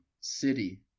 city